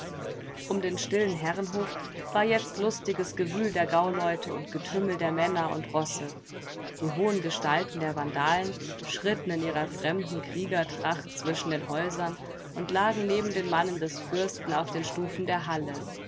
um den stillen herrenhof war jetzt lustiges gewühl der gauleute und getümmel der männer und rosse die hohen gestalten der vandalen schritten in ihrer fremden kriegertracht zwischen den häusern und lagen neben den mannen des fürsten auf den stufen der halle